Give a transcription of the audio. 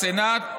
בסנאט,